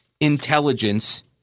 intelligence